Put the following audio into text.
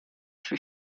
for